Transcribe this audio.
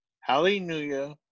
Hallelujah